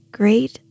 great